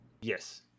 Yes